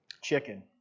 chicken